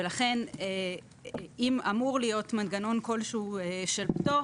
לכן, אם אמור להיות מנגנון כלשהו של פטור